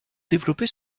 développer